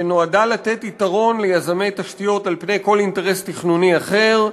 שנועדה לתת יתרון ליזמי תשתיות על פני כל אינטרס תכנוני אחר,